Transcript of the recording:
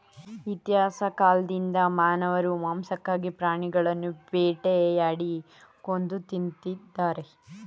ಇತಿಹಾಸ ಕಾಲ್ದಿಂದ ಮಾನವರು ಮಾಂಸಕ್ಕಾಗಿ ಪ್ರಾಣಿಗಳನ್ನು ಬೇಟೆಯಾಡಿ ಕೊಂದು ತಿಂದಿದ್ದಾರೆ